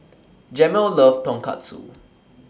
Jamel loves Tonkatsu